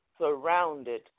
surrounded